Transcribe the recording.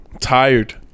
Tired